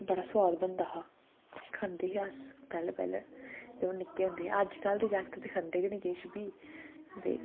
बडा़ सुआद बनदा हा खंदे हे अस पैहले पैहले जंदू निक्के होंदे हे अजकल दे जागत ते खंदे गै नी किश बी ते